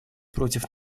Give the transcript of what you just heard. против